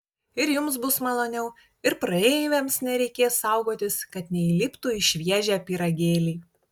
ir jums bus maloniau ir praeiviams nereikės saugotis kad neįliptų į šviežią pyragėlį